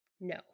No